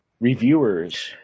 reviewers